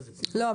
לא,